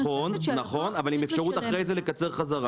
נכון, אבל עם אפשרות אחרי זה לקצר חזרה.